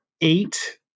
eight